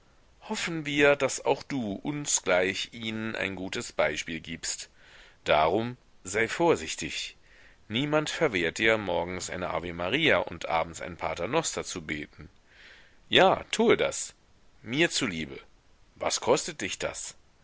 hoffen wir daß auch du uns gleich ihnen ein gutes beispiel gibst darum sei vorsichtig niemand verwehrt dir morgens ein ave maria und abends ein paternoster zu beten ja tue das mir zuliebe was kostet dich das